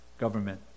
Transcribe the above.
government